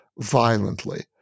violently